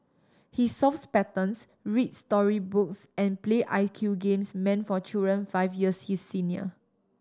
he solves patterns reads story books and play I Q games meant for children five years his senior